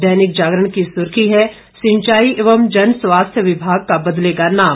दैनिक जागरण की सुर्खी है सिंचाई एवं जनस्वास्थ्य विभाग का बदलेगा नाम